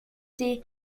des